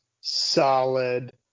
solid